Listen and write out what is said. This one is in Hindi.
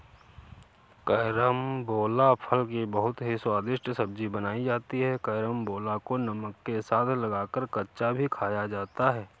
कैरामबोला फल की बहुत ही स्वादिष्ट सब्जी बनाई जाती है कैरमबोला को नमक के साथ लगाकर कच्चा भी खाया जाता है